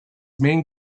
main